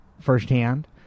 firsthand